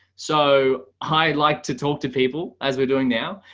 so i like to talk to people as we're doing now.